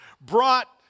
brought